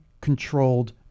controlled